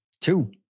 Two